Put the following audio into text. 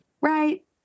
Right